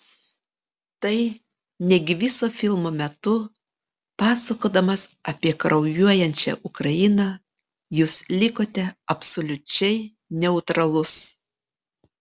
tai negi viso filmo metu pasakodamas apie kraujuojančią ukrainą jūs likote absoliučiai neutralus